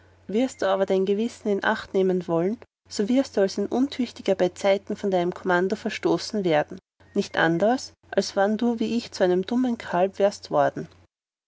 wirst du aber dein gewissen in acht nehmen wollen so wirst du als ein untüchtiger beizeiten von deinem kommando verstoßen werden nicht anders als wann du auch wie ich zu einem dummen kalb wärest worden